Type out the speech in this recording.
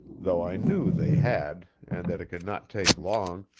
though i knew they had and that it could not take long,